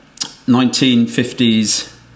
1950s